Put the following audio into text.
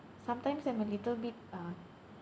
sometimes I'm a little bit uh